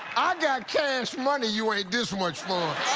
ah got cash money you ain't this much